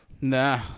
Nah